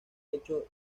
hecho